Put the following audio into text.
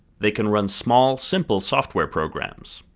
they can run small, simple software programs.